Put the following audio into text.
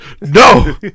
No